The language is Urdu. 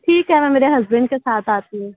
ٹھیک ہے میں میرے ہزبینڈ کے ساتھ آتی ہوں